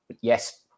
yes